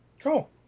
Cool